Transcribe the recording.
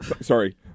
Sorry